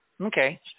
Okay